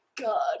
god